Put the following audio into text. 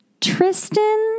Tristan